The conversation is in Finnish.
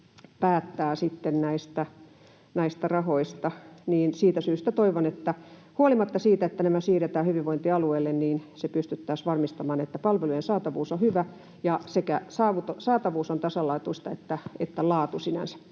päättää näistä rahoista. Siitä syystä toivon, että huolimatta siitä, että nämä siirretään hyvinvointialueelle, pystyttäisiin varmistamaan, että palvelujen saatavuus on hyvä ja että saatavuus on tasalaatuista sekä myös laatu sinänsä.